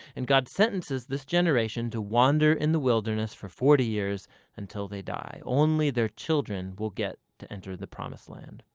and god sentences this generation to wander in the wilderness for forty years until they die. only their children will get to enter the promised land.